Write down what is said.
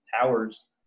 towers